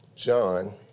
John